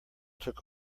took